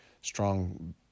strong